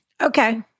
Okay